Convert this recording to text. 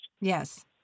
Yes